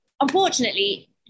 unfortunately